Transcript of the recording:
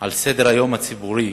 על סדר-היום הציבורי